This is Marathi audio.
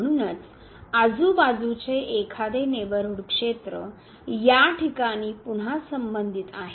म्हणूनच आजूबाजूचे एखादे नेबरहूड क्षेत्र या ठिकाणी पुन्हा संबंधित आहे